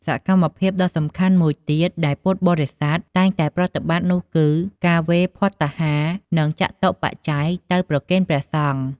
សកម្មភាពដ៏សំខាន់មួយទៀតដែលពុទ្ធបរិស័ទតែងតែប្រតិបត្តិនោះគឺ ការវេរភត្តាហារ និងចតុបច្ច័យ ទៅប្រគេនព្រះសង្ឃ។